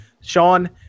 Sean